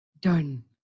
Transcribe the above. Done